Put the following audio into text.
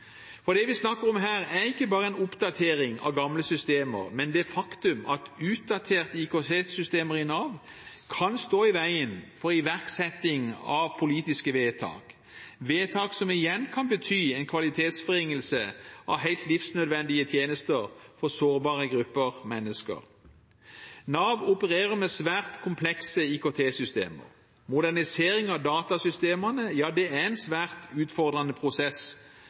For det vi snakker om her, er ikke bare en oppdatering av gamle systemer, men det faktum at utdaterte IKT-systemer i Nav kan stå i veien for iverksetting av politiske vedtak – vedtak som igjen kan bety en kvalitetsforringelse av helt livsnødvendige tjenester for sårbare grupper av mennesker. Nav opererer med svært komplekse IKT-systemer. Modernisering av datasystemene er en svært utfordrende prosess